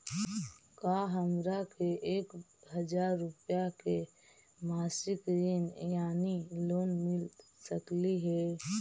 का हमरा के एक हजार रुपया के मासिक ऋण यानी लोन मिल सकली हे?